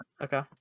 okay